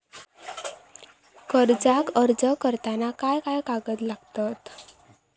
कर्जाक अर्ज करताना काय काय कागद लागतत?